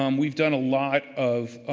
um we've done a lot of